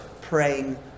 praying